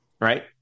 right